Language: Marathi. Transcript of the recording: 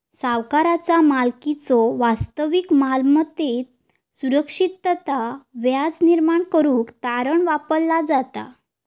सावकाराचा मालकीच्यो वास्तविक मालमत्तेत सुरक्षितता व्याज निर्माण करुक तारण वापरला जाता